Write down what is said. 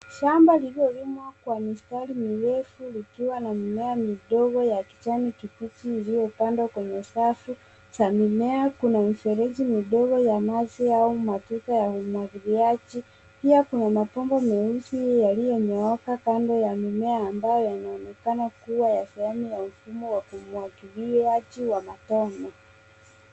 Shamba lililolimwa kwa mistari mirefu likiwa na mimea midogo ya kijani kibichi iliyo pandwa kwenye safu za mimea. Kuna mifereji midogo ya maji au matuta ya umwagiliaji. Pia kuna mabomba meusi yaliyo nyooka kando ya mimea ambayo yanaonekana kuwa ya sehemu ya mfumo wa umwagiliaji wa matone.